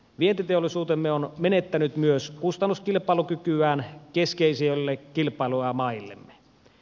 vientiteollisuutemme on menettänyt myös kustannuskilpailukykyään keskeisille kilpailua mailille